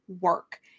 work